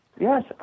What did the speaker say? Yes